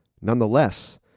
Nonetheless